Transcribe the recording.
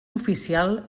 oficial